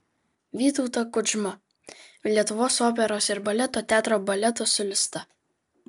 vytautą kudžmą lietuvos operos ir baleto teatro baleto solistą